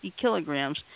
kilograms